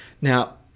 now